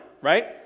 right